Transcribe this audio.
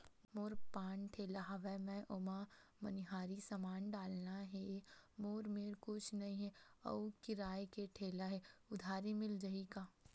मोर पान ठेला हवय मैं ओमा मनिहारी समान डालना हे मोर मेर कुछ नई हे आऊ किराए के ठेला हे उधारी मिल जहीं का?